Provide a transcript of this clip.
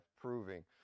proving